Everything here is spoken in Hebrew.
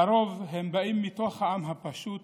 לרוב הם באים מתוך העם הפשוט